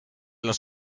las